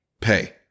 pay